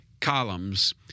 columns